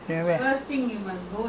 because of the corona I cannot go